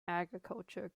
agriculture